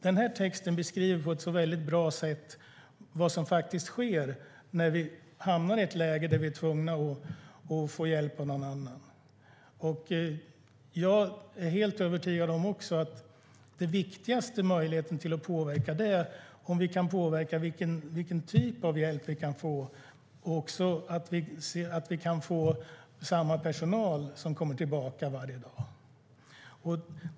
Den här texten beskriver på ett bra sätt vad som faktiskt sker när vi hamnar i ett läge då vi är tvungna att få hjälp av någon annan. Jag är helt övertygad om att det viktigaste är om vi kan påverka vilken typ av hjälp vi kan få och också att vi kan få samma personal som kommer tillbaka varje dag.